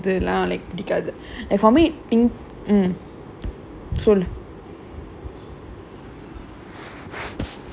பாப்ப எனக்கு:paappa enakku basic ah வந்து அவ்ளோ அந்த:vanthu avlo antha old people பேசுறது எல்லாம்:pesurathu ellaam like பிடிக்காது:pidikkaathu like how may